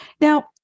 Now